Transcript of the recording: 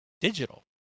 digital